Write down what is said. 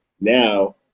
now